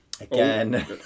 Again